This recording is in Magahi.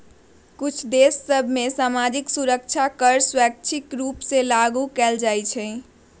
कुछ देश सभ में सामाजिक सुरक्षा कर स्वैच्छिक रूप से लागू कएल जाइ छइ